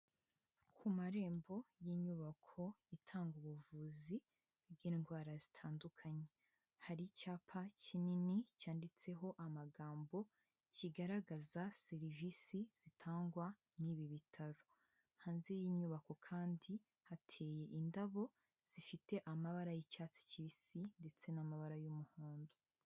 Ku marembo y'inyubako itanga ubuvuzi bw'indwara zitandukanye, hari icyapa kinini cyanditseho amagambo kigaragaza serivisi zitangwa n'ibi bitaro, hanze y'inyubako kandi hateye indabo zifite amabara y'icyatsi kibisi ndetse n'amabara umuhondo.